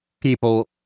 people